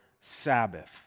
Sabbath